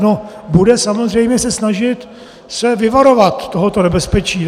No, bude se samozřejmě snažit vyvarovat se tohoto nebezpečí.